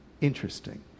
interesting